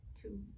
two